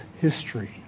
history